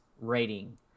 rating